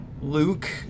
Luke